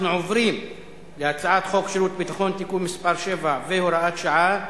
אנחנו עוברים להצבעה על הצעת חוק שירות ביטחון (תיקון מס' 7 והוראת שעה)